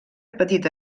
petita